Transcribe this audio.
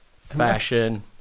Fashion